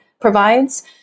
provides